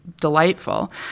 delightful